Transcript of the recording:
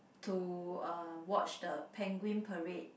to uh watch the penguin parade